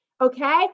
okay